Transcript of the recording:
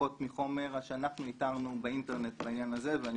לפחות מחומר שאנחנו איתרנו באינטרנט בעניין הזה ואני